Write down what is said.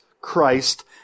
Christ